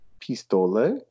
Pistole